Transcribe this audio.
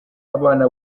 abana